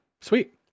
sweet